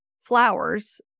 flowers